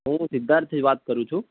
હું સિદ્ધાર્થ વાત કરું છું